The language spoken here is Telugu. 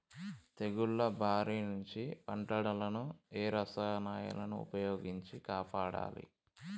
తెగుళ్ల బారి నుంచి పంటలను ఏ రసాయనాలను ఉపయోగించి కాపాడాలి?